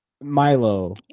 Milo